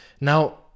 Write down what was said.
Now